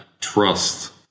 trust